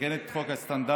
מתקנת את חוק הסטנדרטים,